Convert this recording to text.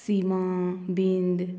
सीमा बिंद